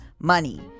money